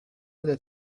that